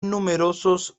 numerosos